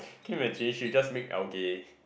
can you imagine she just make algae